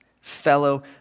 fellow